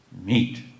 meet